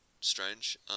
strange